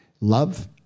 love